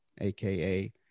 AKA